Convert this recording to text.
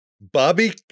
Bobby